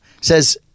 says